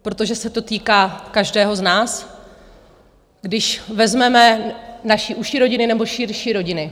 Protože se to týká každého z nás, když vezmeme naše užší rodiny nebo širší rodiny.